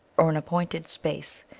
or an appointed space,